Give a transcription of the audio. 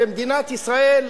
ומדינת ישראל,